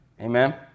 amen